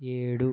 ఏడు